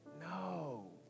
No